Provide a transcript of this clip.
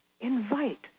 Invite